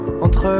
entre